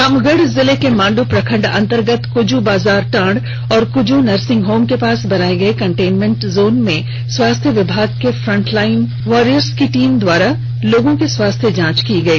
रामगढ़ जिले के मांडू प्रखंड अंतर्गत कृज्जु बाजार टाँड़ और कृज्जु नर्सिंग होम के पास बनाए गए कंटेनमेंट जोन में स्वास्थ्य विभाग के फ्रंटलाइन वर्सेस की टीम द्वारा लोगो की स्वास्थ्य जांच की गई